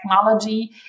technology